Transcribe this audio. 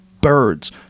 birds